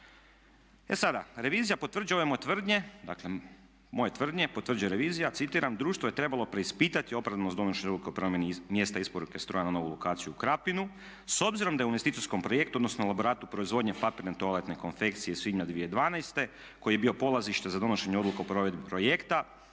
E sada, revizija potvrđuje ove moje tvrdnje, dakle moje tvrdnje potvrđuje revizija, citiram, društvo je trebalo preispitati opravdanost donošenja odluka o promjeni mjesta isporuke stroja na novu lokaciju u Krapinu, s obzirom da je u investicijskom projektu odnosno …/Govornik se ne razumije/… proizvodnje papirne i toaletne konfekcije svibnja 2012. koji je bio polazište za donošenje odluke o provedbi projekta